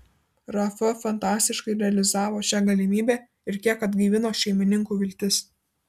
rafa fantastiškai realizavo šią galimybę ir kiek atgaivino šeimininkų viltis